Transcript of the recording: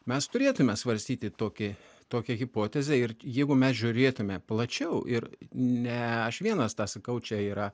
mes turėtume svarstyti tokį tokią hipotezę ir jeigu mes žiūrėtume plačiau ir ne aš vienas tą sakau čia yra